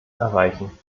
erreichen